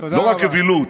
לא רק אווילות,